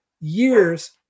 years